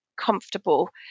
comfortable